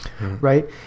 right